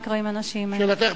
מה יקרה עם הנשים האלה.